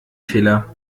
fehler